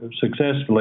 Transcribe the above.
successfully